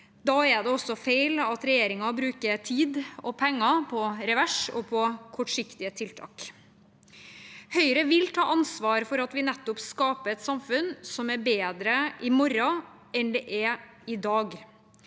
Da er det også feil at regjeringen bruker tid og penger på revers og kortsiktige tiltak. Høyre vil ta ansvar for at vi skaper et samfunn som er bedre i morgen enn det er i dag.